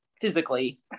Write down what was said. physically